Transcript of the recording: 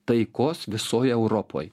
taikos visoj europoj